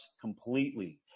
completely